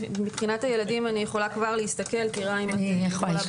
מבחינת הילדים אני יכולה להסתכל כבר עכשיו.